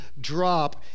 drop